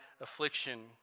affliction